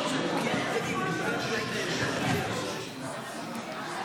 מי שרוצה לדבר יכול לדבר בשקט ולא להפריע